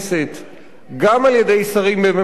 גם על-ידי שרים בממשלת ישראל,